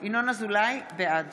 אזולאי, בעד